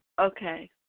Okay